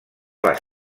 les